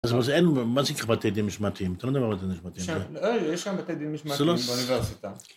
אז מה זה אין, מה זה כבתי דין משמעתיים? אתה יודע לא יודע מה זה בתי דין משמעתיים? יש כאן בתי דין משמעתיים באוניברסיטה.